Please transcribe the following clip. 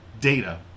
data